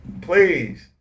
please